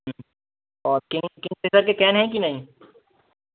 और can kings Kingfisher वाली can है कि नहीं